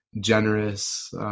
generous